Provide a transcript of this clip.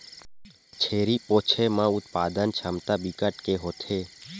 छेरी पोछे म उत्पादन छमता बिकट के होथे